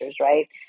right